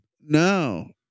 No